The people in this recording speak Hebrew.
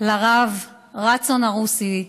לרב רצון ערוסי,